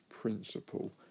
principle